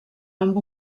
amb